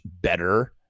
better